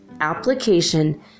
application